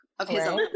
okay